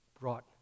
brought